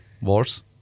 wars